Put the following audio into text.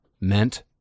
meant